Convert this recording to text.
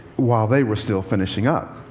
while they were still finishing up.